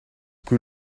que